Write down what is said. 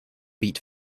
beat